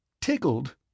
Tickled